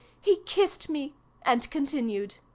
he kissed me and continued